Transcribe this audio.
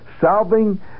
solving